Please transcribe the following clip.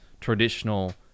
traditional